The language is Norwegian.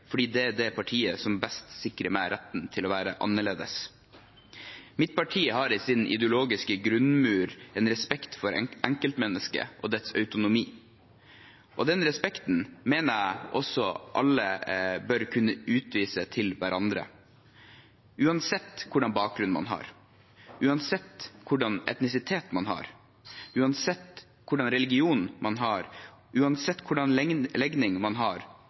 fordi det er det partiet som best sikrer meg retten til å være annerledes.» Mitt parti har i sin ideologiske grunnmur en respekt for enkeltmennesket og dets autonomi, og den respekten mener jeg alle bør kunne utvise overfor hverandre, uansett hvilken bakgrunn man har, uansett hvilken etnisitet man har, uansett hvilken religion man har, uansett hvilken legning man har,